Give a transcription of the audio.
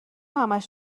همش